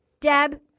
Deb